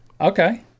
Okay